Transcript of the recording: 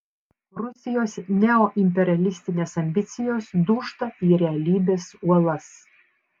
rusijos neoimperialistinės ambicijos dūžta į realybės uolas